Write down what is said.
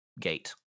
gate